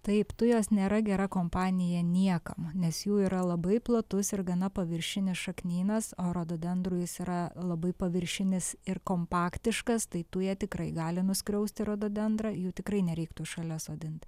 taip tujos nėra gera kompanija niekam nes jų yra labai platus ir gana paviršinis šaknynas o rododendrų jis yra labai paviršinis ir kompaktiškas tai tuja tikrai gali nuskriausti rododendrą jų tikrai nereiktų šalia sodint